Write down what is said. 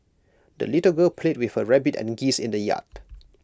the little girl played with her rabbit and geese in the yard